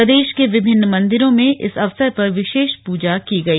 प्रदेश के विभिन्न मंदिरों में इस अवसर पर विशेष पूजा की गई